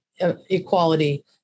Equality